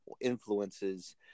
influences